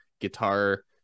guitar